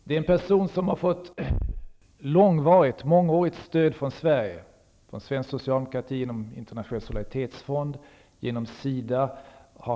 Det är en person som har fått mångårigt stöd från Sverige, från svensk socialdemokrati, genom en internationell solidaritetsfond och genom SIDA.